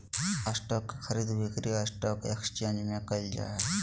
stock के खरीद बिक्री स्टॉक एकसचेंज में क़इल जा हइ